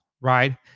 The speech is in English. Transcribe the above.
right